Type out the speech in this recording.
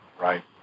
Right